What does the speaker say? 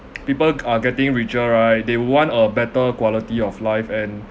people are getting richer right they want a better quality of life and